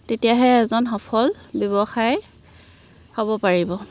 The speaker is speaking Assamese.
তেতিয়াহে এজন সফল ব্যৱসায়ী হ'ব পাৰিব